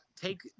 take